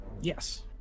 yes